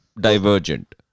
divergent